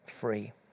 free